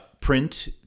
print